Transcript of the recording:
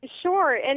Sure